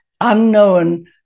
unknown